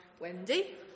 Wendy